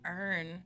earn